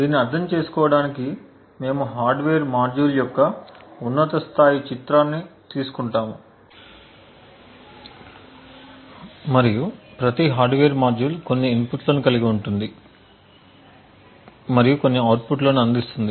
దీన్ని అర్థం చేసుకోవడానికి మేము హార్డ్వేర్ మాడ్యూల్ యొక్క ఉన్నత స్థాయి చిత్రాన్ని తీసుకుంటాము మరియు ప్రతి హార్డ్వేర్ మాడ్యూల్ కొన్ని ఇన్పుట్లను కలిగి ఉంటుంది మరియు కొన్ని అవుట్పుట్లను అందిస్తుంది